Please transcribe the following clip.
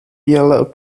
yellow